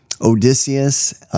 Odysseus